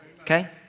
Okay